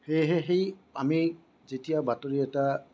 সেয়েহে সেই আমি যেতিয়া বাতৰি এটা